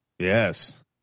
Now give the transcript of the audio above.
Yes